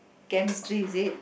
chemistry is it